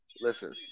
Listen